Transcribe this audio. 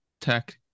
tech